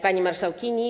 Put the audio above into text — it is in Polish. Pani Marszałkini!